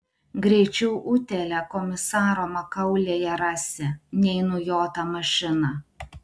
greičiau utėlę komisaro makaulėje rasi nei nujotą mašiną